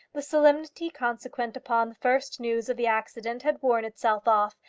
the solemnity consequent upon the first news of the accident had worn itself off,